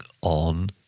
on